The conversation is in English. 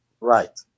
right